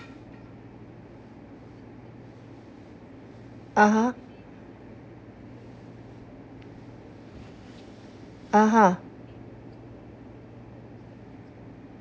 (uh huh) (uh huh)